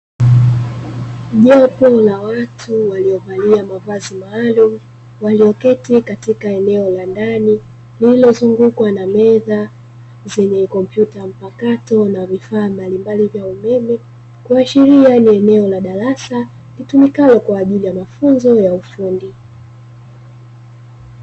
Jopo la watu waliovalia mavazi maalumu, walioketi katika eneo la ndani lililozungukwa na meza zenye kompyuta mpakato na vifaa mbalimbali vya umeme, kuashiria ni eneo la darasa litumikalo kwa ajili ya mafunzo ya ufundi.